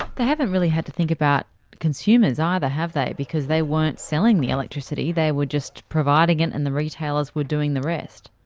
haven't really had to think about consumers either have they, because they weren't selling the electricity, they were just providing it, and the retailers were doing the rest.